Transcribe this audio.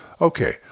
Okay